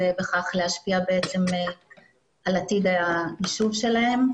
ובכך להשפיע על עתיד היישוב שלהם,